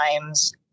times